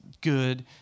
good